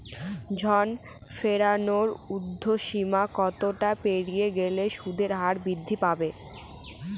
ঋণ ফেরানোর উর্ধ্বসীমা কতটা পেরিয়ে গেলে সুদের হার বৃদ্ধি পাবে?